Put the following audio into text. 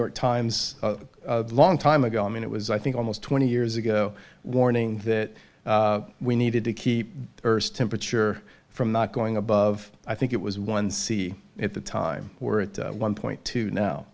york times a long time ago i mean it was i think almost twenty years ago warning that we needed to keep earth's temperature from not going above i think it was one c at the time we're at one point two now